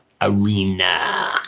arena